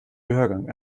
gehörgang